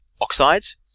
oxides